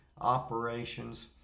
operations